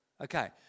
Okay